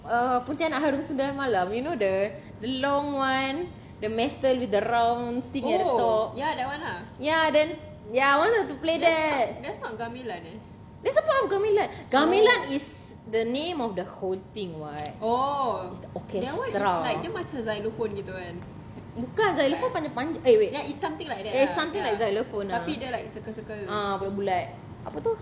err pontianak harum sundal malam you know the long one the metal with the round thing at the top ya then ya I wanted to play that that's a part of gamelan gamelan is the name of the whole thing [what] orchestra bukan xylophone panjang-panjang wait ya it's something like xylophone lah ah bulat-bulat